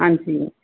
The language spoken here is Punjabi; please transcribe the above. ਹਾਂਜੀ